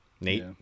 Nate